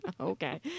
Okay